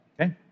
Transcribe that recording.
okay